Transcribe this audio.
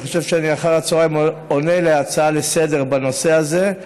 אני חושב שאחר הצוהריים אני עונה על הצעה לסדר-היום בעניין הזה.